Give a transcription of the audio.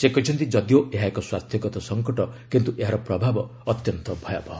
ସେ କହିଛନ୍ତି ଯଦିଓ ଏହା ଏକ ସ୍ୱାସ୍ଥ୍ୟଗତ ସଂକଟ କିନ୍ତୁ ଏହାର ପ୍ରଭାବ ଅତ୍ୟନ୍ତ ଭୟାବହ